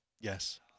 Yes